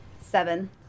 Seven